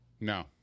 No